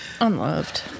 Unloved